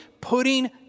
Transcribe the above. putting